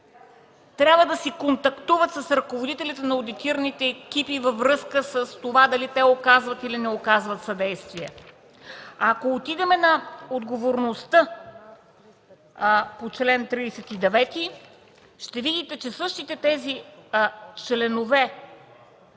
трябва да си контактуват с ръководителите на одитираните екипи във връзка с това дали те оказват или не оказват съдействие. Ако отидем на отговорността по чл. 39, ще видите, че същите тези членове